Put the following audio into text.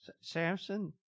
Samson